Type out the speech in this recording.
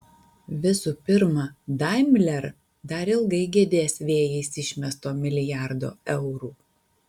visų pirma daimler dar ilgai gedės vėjais išmesto milijardo eurų